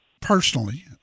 personally